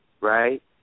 Right